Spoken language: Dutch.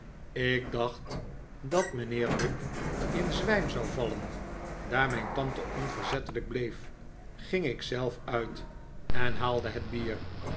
ik dacht dat mijnheer dick in zwijm zou vallen daar mijn tante onverzettelijk bleef ging ik zelf uit en haalde het bier